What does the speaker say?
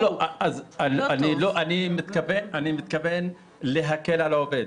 לא לא, אני מתכוון להקל על העובד.